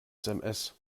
sms